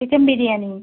chicken biryani